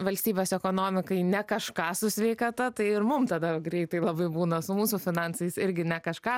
valstybės ekonomikai ne kažką su sveikata tai ir mum tada greitai labai būna su mūsų finansais irgi ne kažką